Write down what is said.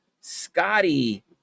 Scotty